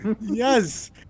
Yes